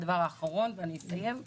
הדבר האחרון בו אסיים,